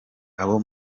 abo